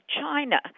China